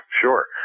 sure